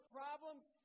problems